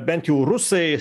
bent jau rusai